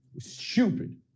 stupid